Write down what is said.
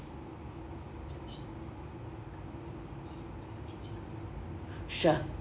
sure